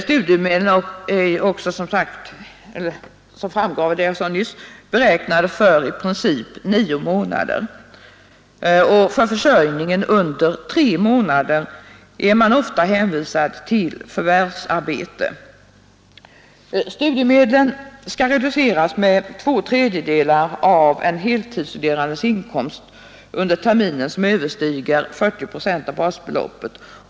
Studiemedlen är också, som framgår av vad jag sade nyss, beräknade för i princip nio månader. För försörjningen under tre månader är man ofta hänvisad till förvärvsarbete. För studiemedlen gäller att det belopp som utgår för en termin minskas med två tredjedelar av den del av den studerandes inkomster under terminen som överstiger 40 procent av basbeloppet.